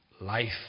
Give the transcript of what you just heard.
Life